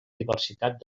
diversitat